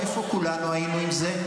איפה כולנו היינו עם זה?